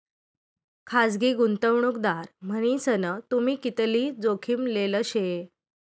खासगी गुंतवणूकदार मन्हीसन तुम्ही कितली जोखीम लेल शे